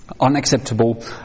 unacceptable